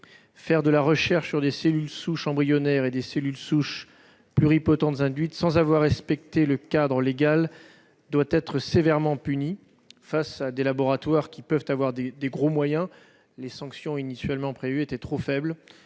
Faire de la recherche sur des cellules souches embryonnaires et sur des cellules souches pluripotentes induites sans avoir respecté le cadre légal doit être sévèrement puni. Face à des laboratoires disposant de gros moyens, les sanctions initialement prévues me paraissent trop faibles.